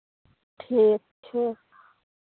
ठीक छै